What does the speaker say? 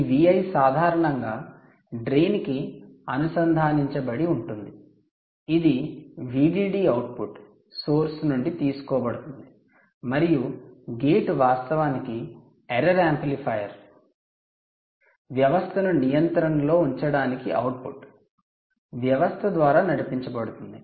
ఈ Vi సాధారణంగా drain కి అనుసంధానించబడి ఉంటుంది ఇది VDD అవుట్పుట్ సోర్స్ నుండి తీసుకోబడుతుంది మరియు గేట్ వాస్తవానికి ఎర్రర్ యాంప్లిఫైయర్ వ్యవస్థను నియంత్రణ లో ఉంచడానికి అవుట్పుట్ వ్యవస్థ ద్వారా నడిపించబడుతుంది